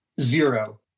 Zero